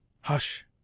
Hush